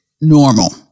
normal